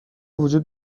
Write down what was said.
وجود